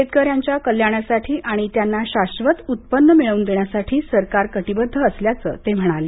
शेतकऱ्यांच्या कल्याणासाठी आणि त्यांना शाश्वत उत्पन्न मिळवून देण्यासाठी सरकार कटिबद्ध असल्याचंही ते म्हणाले